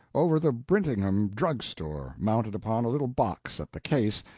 over the brittingham drug-store, mounted upon a little box at the case,